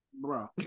bro